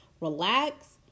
relax